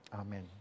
Amen